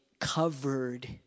covered